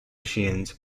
machines